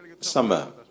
summer